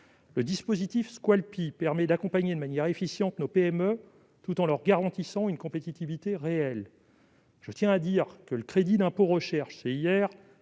Le dispositif Squalpi permet d'accompagner de manière efficiente nos PME, tout en leur garantissant une compétitivité réelle. Je tiens à dire que le crédit d'impôt recherche (CIR),